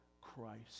Christ